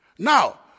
Now